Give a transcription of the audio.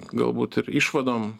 galbūt ir išvadom